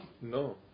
No